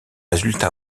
résultats